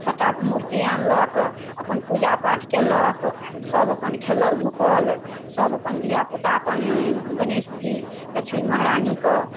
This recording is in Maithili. सबटा मूर्ति आनलक अपन पूजापाठ कयलक सब अपन खेलल धूपल सब अपन धियापुता अपन गणेश जी लक्ष्मी महरानीके